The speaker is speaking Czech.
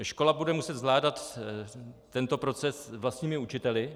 Škola bude muset zvládat tento proces vlastními učiteli.